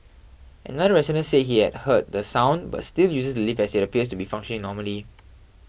another resident say he had heard the sound but still uses the lift as it appears to be functioning normally